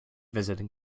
visiting